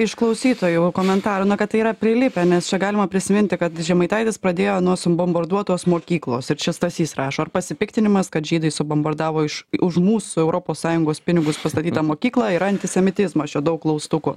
iš klausytojų komentarų na kad tai yra prilipę nes čia galima prisiminti kad žemaitaitis pradėjo nuo bomborduotos mokyklos ir čia stasys rašo ar pasipiktinimas kad žydai subombordavo iš už mūsų europos sąjungos pinigus pastatytą mokyklą yra antisemitizmas čia daug klaustukų